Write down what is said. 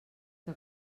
que